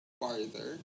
farther